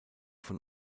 von